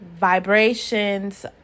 vibrations